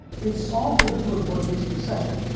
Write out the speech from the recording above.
it solved the riddle of mercury's precession,